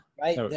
Right